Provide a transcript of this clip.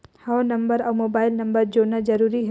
हव नंबर अउ mobile number जोड़ना जरूरी हे?